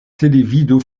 televido